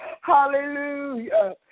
Hallelujah